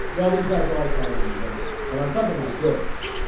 well, these guys are always hard on you. but but on something like this,